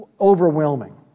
overwhelming